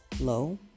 Low